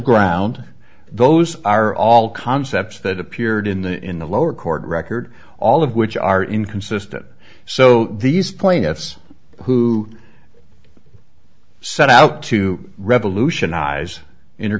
ground those are all concepts that appeared in the in the lower court record all of which are inconsistent so these plaintiffs who set out to revolutionize